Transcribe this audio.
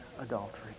adultery